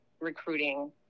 recruiting